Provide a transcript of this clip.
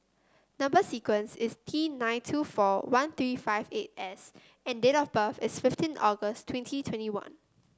number sequence is T nine two four one three five eight S and date of birth is fifteen August twenty twenty one